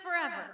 forever